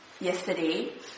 yesterday